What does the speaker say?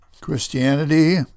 Christianity